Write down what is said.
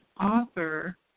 author